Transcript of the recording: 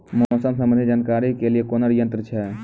मौसम संबंधी जानकारी ले के लिए कोनोर यन्त्र छ?